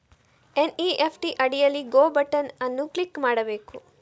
NEFT ಅಡಿಯಲ್ಲಿ go button ಅನ್ನು click ಮಾಡಬೇಕು